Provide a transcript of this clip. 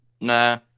Nah